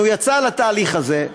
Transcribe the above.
הוא יצא לתהליך הזה.